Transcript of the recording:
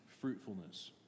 fruitfulness